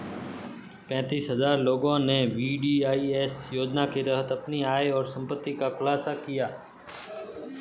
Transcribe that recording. पेंतीस हजार लोगों ने वी.डी.आई.एस योजना के तहत अपनी आय और संपत्ति का खुलासा किया